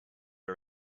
are